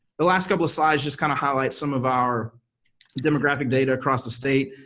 the last couple of slides just kind of highlight some of our demographic data across the state.